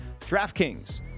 DraftKings